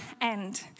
end